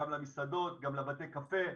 למסעדות וגם לבתי הקפה,